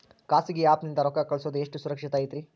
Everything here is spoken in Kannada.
ಖಾಸಗಿ ಆ್ಯಪ್ ನಿಂದ ರೊಕ್ಕ ಕಳ್ಸೋದು ಎಷ್ಟ ಸುರಕ್ಷತಾ ಐತ್ರಿ?